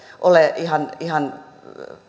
ole ihan ihan